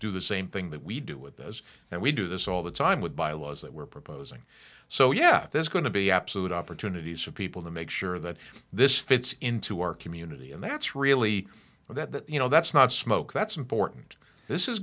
do the same thing that we do with those and we do this all the time with bylaws that we're proposing so yeah there's going to be absolute opportunities for people to make sure that this fits into our community and that's really all that you know that's not smoke that's important this is